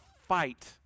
fight